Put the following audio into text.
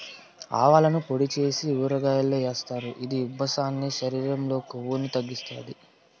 ఆవాలను పొడి చేసి ఊరగాయల్లో ఏస్తారు, ఇది ఉబ్బసాన్ని, శరీరం లో కొవ్వును తగ్గిత్తాది